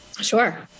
Sure